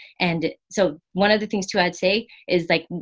and so one of the things too i'd say is like,